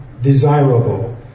desirable